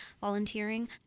volunteering